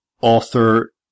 author